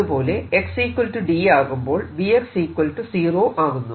അതുപോലെ x d ആകുമ്പോൾ V 0 ആകുന്നു